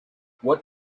what